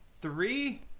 Three